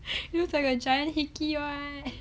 it looks like a giant hickey [what]